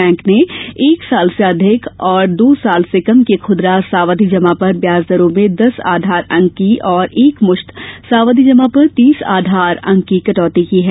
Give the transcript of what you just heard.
bank ने एक वर्ष से अधिक और दो वर्ष से कम की खुदरा सावधि जमा पर ब्याज दरों में दस आधार अंक की और एकमुश्त सावधि जमा पर तीस आधार अंक की कटौती की है